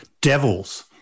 Devils